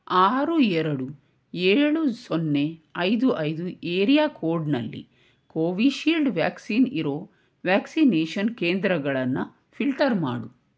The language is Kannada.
ಆರು ಎರಡು ಏಳು ಸೊನ್ನೆ ಐದು ಐದು ಏರಿಯಾ ಕೋಡ್ನಲ್ಲಿ ಕೋವಿಶೀಲ್ಡ್ ವ್ಯಾಕ್ಸಿನ್ ಇರೋ ವ್ಯಾಕ್ಸಿನೇಷನ್ ಕೇಂದ್ರಗಳನ್ನು ಫಿಲ್ಟರ್ ಮಾಡು